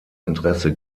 interesse